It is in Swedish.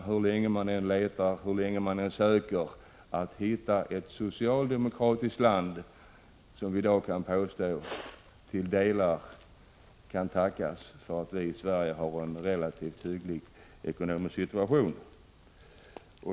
Hur länge man än söker går det inte, herr talman, att hitta ett socialdemokratiskt land som ens till delar kan tackas för att vi i Sverige i dag har en relativt hygglig ekonomisk situation.